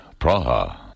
Praha